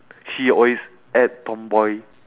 she always act tomboy